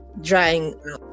drying